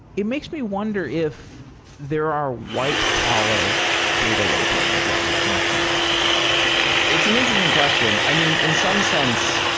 it makes me wonder if there are white collar data labeling jobs in the future it's an interesting question. i mean, in some sense,